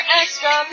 extra